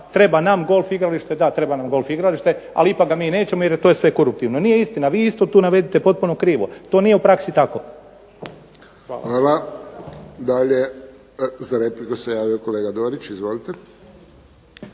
treba nam golf igralište, da treba nam golf igralište ali ipak ga mi nećemo jer je to sve koruptivno. Nije istina. Vi isto tu navedite potpuno krivo. To nije u praksi tako. **Friščić, Josip (HSS)** Hvala. Dalje za repliku se javio kolega Dorić. Izvolite.